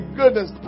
goodness